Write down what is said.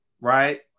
right